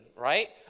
right